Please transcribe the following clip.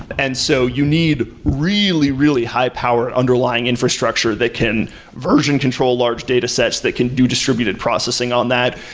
and so you need really, really high-power underlying infrastructure that can version control large datasets, that can do distributed processing on that.